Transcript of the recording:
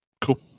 Cool